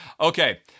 Okay